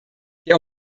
der